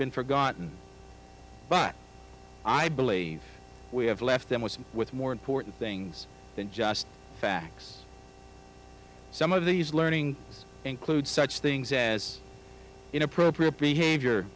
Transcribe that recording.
been forgotten but i believe we have left them with with more important things than just facts some of these learning include such things as inappropriate behavior